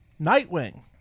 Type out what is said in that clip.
Nightwing